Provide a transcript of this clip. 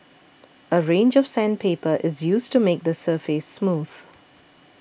a range of sandpaper is used to make the surface smooth